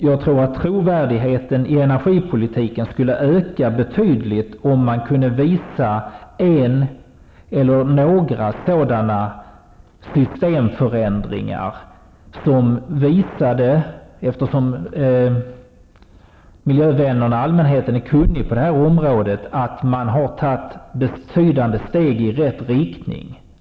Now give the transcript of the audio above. Jag tror att trovärdigheten i energipolitiken skulle öka betydligt om man kunde göra en eller några sådana systemförändringar som visade, eftersom miljövänner och allmänhet är kunniga på det här området, att man har tagit betydande steg i rätt riktning.